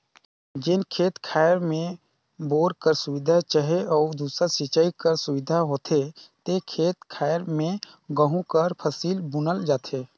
जेन खेत खाएर में बोर कर सुबिधा चहे अउ दूसर सिंचई कर सुबिधा होथे ते खेत खाएर में गहूँ कर फसिल बुनल जाथे